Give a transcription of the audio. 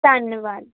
ਧੰਨਵਾਦ